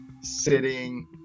sitting